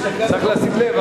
צריך לשים לב,